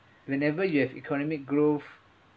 whenever you have economic growth